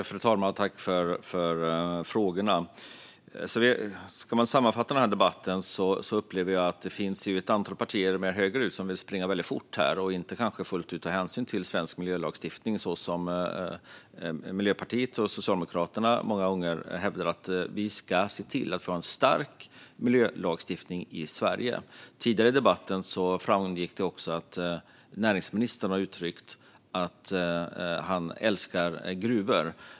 Fru talman! Jag tackar för frågorna. Om man ska sammanfatta denna debatt upplever jag att det finns ett antal partier mer högerut som vill springa väldigt fort här och som kanske inte fullt ut tar hänsyn till svensk miljölagstiftning så som Miljöpartiet och Socialdemokraterna många gånger hävdar - att vi ska se till att vi har en stark miljölagstiftning i Sverige. Tidigare i debatten framgick det också att näringsministern har uttryckt att han älskar gruvor.